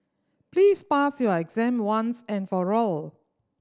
please pass your exam once and for all